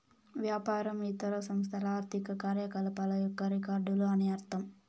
వ్యాపారం ఇతర సంస్థల ఆర్థిక కార్యకలాపాల యొక్క రికార్డులు అని అర్థం